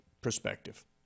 perspective